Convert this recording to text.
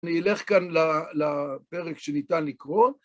אני אלך כאן לפרק שניתן לקרוא.